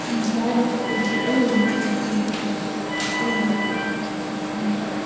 हुन्छ राखेको दिदी हुन्छ हुन्छ हुन्छ राखेको हुन् हुन्छ हुन्छ